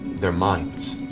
they're minds.